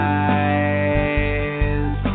eyes